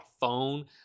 phone